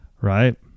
Right